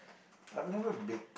I've never baked